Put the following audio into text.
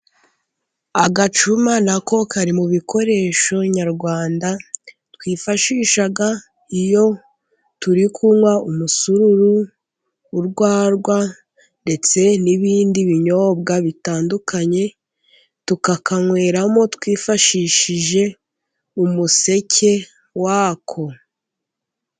Agacuma nako kari mu bikoresho nyarwanda, twifashisha iyo turi kunywa umusururu, urwagwa ndetse n'ibindi binyobwa bitandukanye, tukakanyweramo twifashishije umuseke wako.